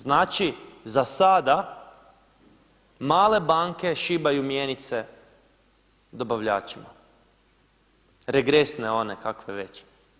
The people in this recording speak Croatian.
Znači za sada male banke šibaju mjenice dobavljačima, regresne one, kakve već.